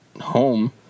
home